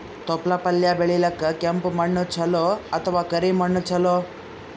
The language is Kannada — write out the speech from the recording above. ತೊಪ್ಲಪಲ್ಯ ಬೆಳೆಯಲಿಕ ಕೆಂಪು ಮಣ್ಣು ಚಲೋ ಅಥವ ಕರಿ ಮಣ್ಣು ಚಲೋ?